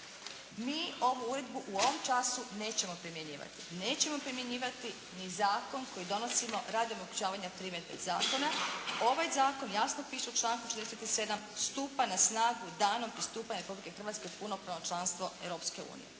mi ovu uredbu u ovom času nećemo primjenjivati. Nećemo primjenjivati ni zakon koji donosimo …/Govornik se ne razumije./… primjedbe zakona. Ovaj zakon jasno piše u članku 47. stupa na snagu danom pristupanja Republike Hrvatske u punopravno članstvo Europske unije.